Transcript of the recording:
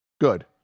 Good